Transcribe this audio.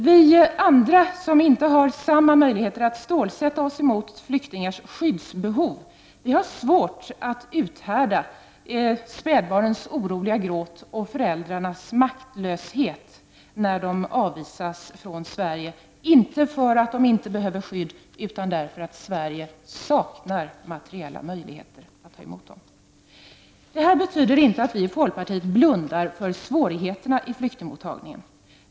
Vi andra, som inte har samma möjligheter att stålsätta oss mot flyktingars skyddsbehov, har svårt att uthärda spädbarnens oroliga gråt och föräldrarnas maktlöshet när de avvisas från Sverige, inte för att de inte behöver skydd utan därför att Sverige saknar materiella möjligheter att ta emot dem. Detta betyder inte att vi i folkpartiet blundar för svårigheterna i flyktingmottagningen.